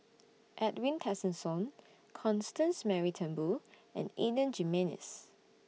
Edwin Tessensohn Constance Mary Turnbull and Adan Jimenez